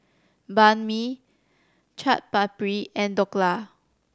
Banh Mi Chaat Papri and Dhokla